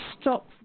stop